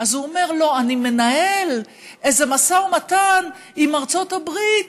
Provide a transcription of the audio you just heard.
הוא אומר: אני מנהל איזה משא ומתן עם ארצות הברית,